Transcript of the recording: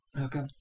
Okay